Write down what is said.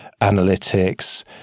Analytics